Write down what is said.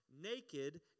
naked